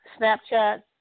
Snapchat